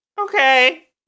Okay